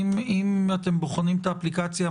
אם אתם בוחנים את האפליקציה,